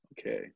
Okay